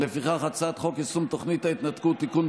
הצעת חוק יישום תוכנית ההתנתקות (תיקון,